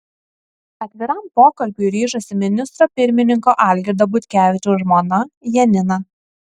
atviram pokalbiui ryžosi ministro pirmininko algirdo butkevičiaus žmona janina